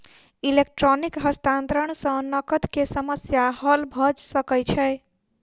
electronic हस्तांतरण सॅ नकद के समस्या हल भ सकै छै